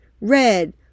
red